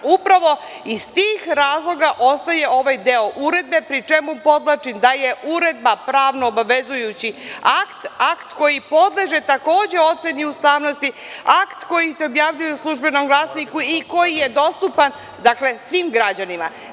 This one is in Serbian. Iz tih razloga ostaje ovaj deo uredbe, pri čemu podvlačim da je uredba pravno obavezujući akt, akt koji podleže oceni ustavnosti, akt koji se objavljuje u „Službenom glasniku“ i koji je dostupan svim građanima.